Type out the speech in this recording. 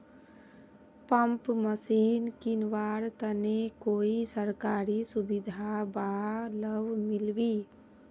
Pump machine किनवार तने कोई सरकारी सुविधा बा लव मिल्बी?